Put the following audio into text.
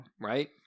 Right